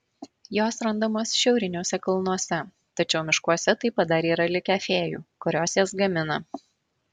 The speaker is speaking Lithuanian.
jos randamos šiauriniuose kalnuose tačiau miškuose taip pat dar yra likę fėjų kurios jas gamina